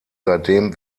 seitdem